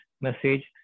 message